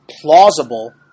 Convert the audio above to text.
plausible